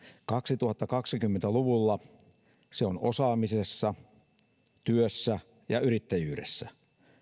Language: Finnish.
kaksituhattakaksikymmentä luvulla se on osaamisessa työssä ja yrittäjyydessä